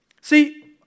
See